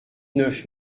neuf